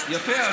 יפה,